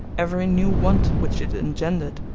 every new want which it engendered,